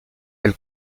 elle